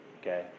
okay